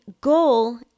goal